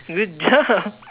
good job